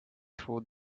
through